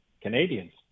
Canadians